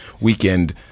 weekend